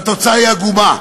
והתוצאה היא עגומה: